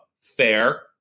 Fair